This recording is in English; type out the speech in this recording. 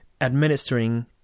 administering